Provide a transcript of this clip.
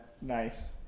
Nice